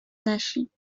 نشیم